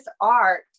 art